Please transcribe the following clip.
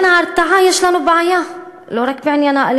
בעניין ההרתעה יש לנו בעיה,